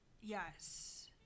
Yes